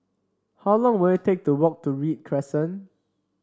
how long will it take to walk to Read Crescent